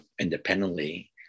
independently